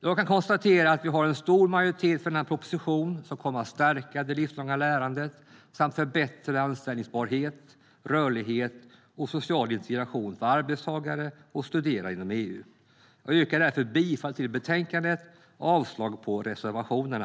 Jag kan konstatera att vi har en stor majoritet för denna proposition som kommer att stärka det livslånga lärandet samt förbättra anställbarhet, rörlighet och social integration för arbetstagare och studerande inom EU. Jag yrkar därför bifall till utskottets förslag i betänkandet och avslag på reservationerna.